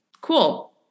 Cool